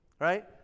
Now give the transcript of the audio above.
Right